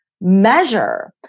measure